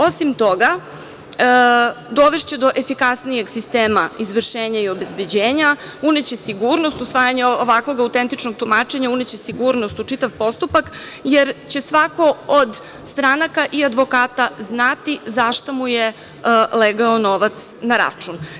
Osim toga, dovešće do efikasnijeg sistema izvršenja i obezbeđenja, uneće sigurnost usvajanje ovakvog autentičnog tumačenja, uneće sigurnost u čitav postupak, jer će svako od stranaka i advokata znati za šta mu je legao novac na račun.